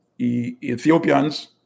Ethiopians